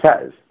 says